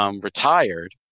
retired